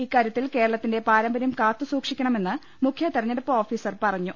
ഇക്കാര്യത്തിൽ കേരളത്തിന്റെ പാരമ്പര്യം കാത്തുസൂക്ഷിക്ക ണമെന്ന് മുഖ്യ തെരഞ്ഞെടുപ്പ് ഓഫീസർ പറഞ്ഞു